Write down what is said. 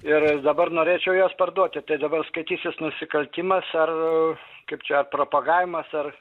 ir aš dabar norėčiau juos parduoti tada gal skaitysis nusikaltimas ar kaip čia propagavimas ar